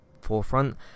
forefront